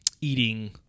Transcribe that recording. eating